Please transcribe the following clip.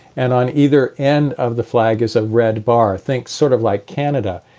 and on either end of the flag is a red bar. think sort of like canada.